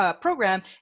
program